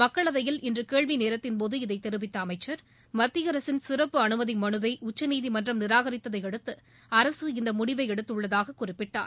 மக்களவையில் இன்று கேள்வி நேரத்தின் போது இதை தெரிவித்த அமைச்சர் மத்திய அரசின் சிறப்பு அனுமதி மனுவை உச்சநீதிமன்றம் நிராகரித்ததையடுத்து அரசு இந்த முடிவை எடுத்துள்ளதாக குறிப்பிட்டார்